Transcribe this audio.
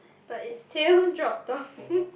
but it still drop off